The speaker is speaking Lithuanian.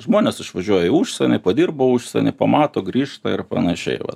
žmonės išvažiuoja į užsienį padirba užsieny pamato grįžta ir panašiai vat